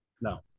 No